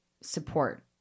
support